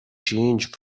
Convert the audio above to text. change